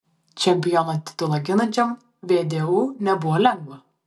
čempiono titulą ginančiam vdu nebuvo lengva